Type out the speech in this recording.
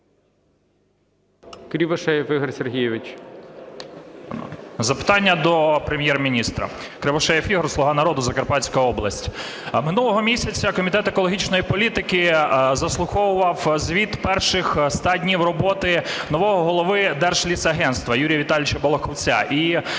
Кривошеєв Ігор Сергійович.